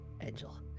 angel